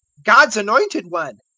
god's anointed one,